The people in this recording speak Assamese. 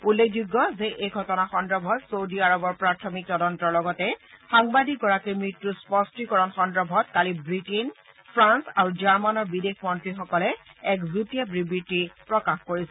উল্লেখযোগ্য যে এই ঘটনা সন্দৰ্ভত চৌদী আৰৱৰ প্ৰাথমিক তদন্তৰ লগতে সাংবাদিকগৰাকীৰ মৃত্যুৰ স্পষ্টীকৰণ সন্দৰ্ভত কালি ৱিটেইন ফ্ৰান্স আৰু জাৰ্মানৰ বিদেশ মন্ত্ৰীসকলে এক যুটীয়া বিবৃতি প্ৰকাশ কৰিছিল